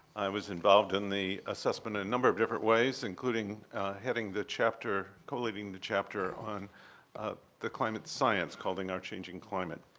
was involved in the assessment in a number of different ways, including heading the chapter, collating the chapter on ah the climate science called in our changing climate.